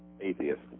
atheist